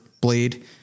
blade